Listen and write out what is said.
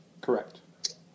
Correct